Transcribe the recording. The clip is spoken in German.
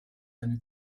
eine